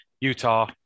Utah